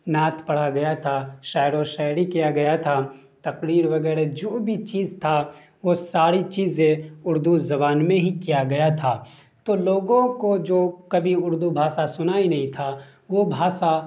نعت پڑھا گیا تھا شاعر و شاعری کیا گیا تھا تقریر وغیرہ جو بھی چیز تھا وہ ساری چیزیں اردو زبان میں ہی کیا گیا تھا تو لوگوں کو جو کبھی اردو بھاشا سنا ہی نہیں تھا وہ بھاشا